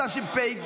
התשפ"ג